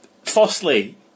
Firstly